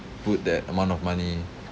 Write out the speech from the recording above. put that amount of money